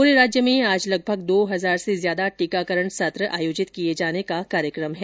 पूरे राज्य में आज लगभग दो हजार से ज्यादा टीकाकरण सत्र आयोजित किए जाने का कार्यक्रम है